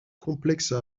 complexes